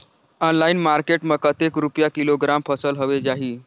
Online market मां कतेक रुपिया किलोग्राम फसल हवे जाही?